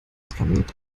planet